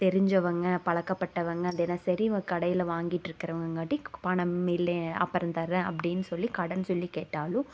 தெரிஞ்சவங்கள் பழக்கப்பட்டவங்கள் தினசரி கடையில் வாங்கிட்ருக்கறவங்காட்டி பணமில்லை அப்புறம் தரேன் அப்படின்னு சொல்லி கடன் சொல்லி கேட்டாலும்